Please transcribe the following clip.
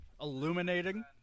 illuminating